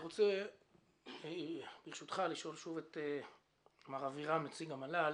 ברשותך, אני רוצה לשאול את מר אבירם, נציג המל"ל